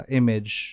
image